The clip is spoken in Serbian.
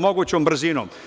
mogućom brzinom.